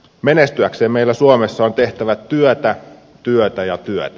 menestyäkseen meillä suomessa on tehtävä työtä työtä ja työtä